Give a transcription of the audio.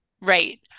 Right